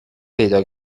پیدا